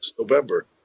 November